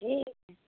ठीक है